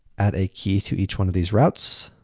add a key to each one of these routes.